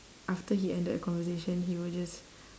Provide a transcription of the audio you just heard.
after he ended a conversation he will just